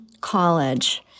college